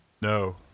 No